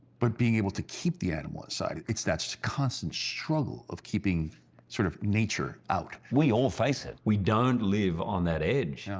but being able to keep the animal inside. it's that's constant struggle of keeping sort of nature out. we all face it, we don't live on that edge. yeah